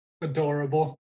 Adorable